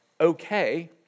okay